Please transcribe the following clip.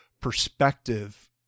perspective